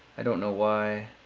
i don't know why.